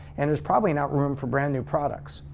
and there's probably not room for brand-new products.